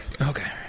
Okay